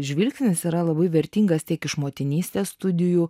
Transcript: žvilgsnis yra labai vertingas tiek iš motinystės studijų